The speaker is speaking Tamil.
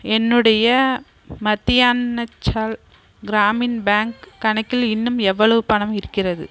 என்னுடைய மத்தியான்னுச்சல் கிராமின் பேங்க் கணக்கில் இன்னும் எவ்வளவு பணம் இருக்கிறது